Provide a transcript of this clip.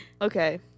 Okay